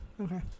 Okay